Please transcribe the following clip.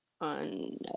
on